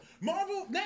Marvel